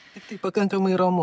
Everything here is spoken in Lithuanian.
tiktai pakankamai ramu